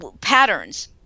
patterns